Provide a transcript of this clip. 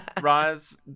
Roz